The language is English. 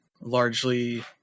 largely